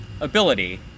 ability